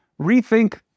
rethink